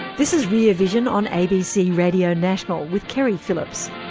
this is rear vision on abc radio national with keri phillips.